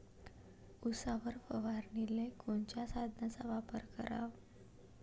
उसावर फवारनीले कोनच्या साधनाचा वापर कराव?